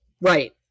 Right